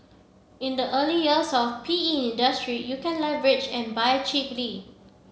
in the early years of P E industry you can leverage and buy cheaply